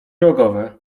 rogowe